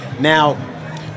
Now